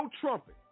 trumpet